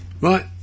right